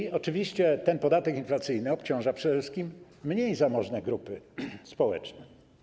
I oczywiście ten podatek inflacyjny obciąża przede wszystkim mniej zamożne grupy społeczne.